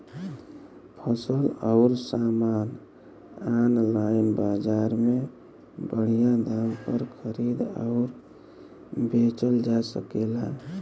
फसल अउर सामान आनलाइन बजार में बढ़िया दाम पर खरीद अउर बेचल जा सकेला